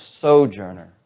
sojourner